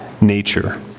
nature